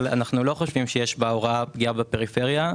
אנחנו לא חושבים שיש בהוראה פגיעה בפריפריה.